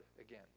again